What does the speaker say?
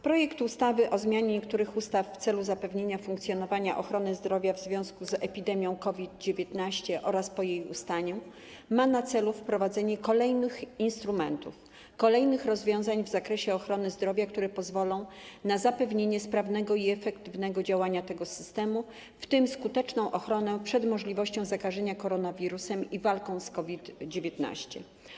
Projekt ustawy o zmianie niektórych ustaw w celu zapewnienia funkcjonowania ochrony zdrowia w związku z epidemią COVID-19 oraz po jej ustaniu ma na celu wprowadzenie kolejnych instrumentów, kolejnych rozwiązań w zakresie ochrony zdrowia, które pozwolą na zapewnienie sprawnego i efektywnego działania tego systemu, w tym skuteczną ochronę przed możliwością zakażenia koronawirusem i walkę z COVID-19.